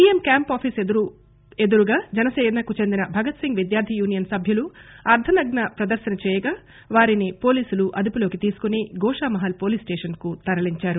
CM camp office ఎదురు జనసేనకు చెందిన భగత్ సింగ్ విద్యార్ది యూనియన్ సభ్యులు అర్ధనగ్న ప్రదర్శన చేయగా వారిని పోలీసులు అదుపోలోకి తీసుకుని గోషామహల్ పోలీసు స్టేషన్ కు తరలించారు